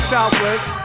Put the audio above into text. Southwest